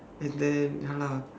and then ya lah